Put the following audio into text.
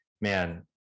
man